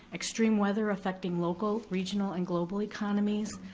extreme weather affecting local, regional, and global economies,